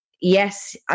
Yes